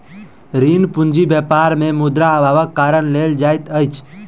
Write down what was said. ऋण पूंजी व्यापार मे मुद्रा अभावक कारण लेल जाइत अछि